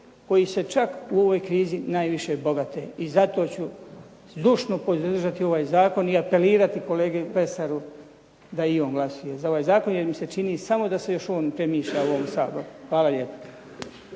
koji se čak u ovoj krizi najviše bogate. I zato ću zdušno podržati ovaj zakon i apelirati kolegi …/Govornik se ne razumije./… da i on glasuje za ovaj zakon, jer mi se čini samo da se još on premišlja u ovom Saboru. Hvala lijepa.